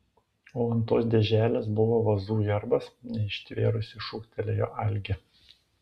o ant tos dėželės buvo vazų herbas neištvėrusi šūktelėjo algė